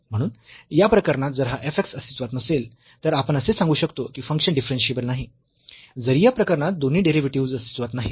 म्हणून या प्रकरणात जर हा f x अस्तित्वात नसेल तर आपण असे सांगू शकतो की फंक्शन डिफरन्शियेबल नाही जरी या प्रकरणात दोन्ही डेरिव्हेटिव्हस् अस्तित्वात नाहीत